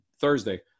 Thursday